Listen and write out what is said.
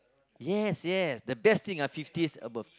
yes yes the best thing ah fifties above